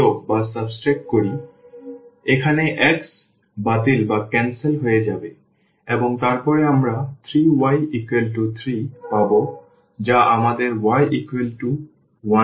সুতরাং এখানে x বাতিল হয়ে যাবে এবং তারপরে আমরা 3 y 3 পাব যা আমাদের y 1 দেয়